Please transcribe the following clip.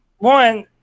One